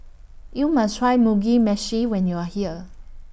YOU must Try Mugi Meshi when YOU Are here